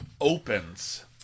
opens